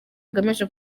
bigamije